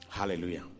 Hallelujah